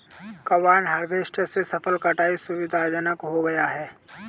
combine harvester से फसल कटाई सुविधाजनक हो गया है